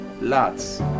lots